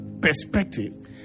perspective